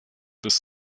bis